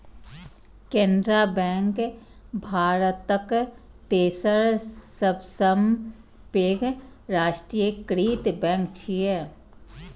Canara Bank भारतक तेसर सबसं पैघ राष्ट्रीयकृत बैंक छियै